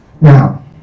Now